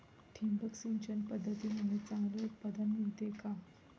ठिबक सिंचन पद्धतीमुळे चांगले उत्पादन मिळते का?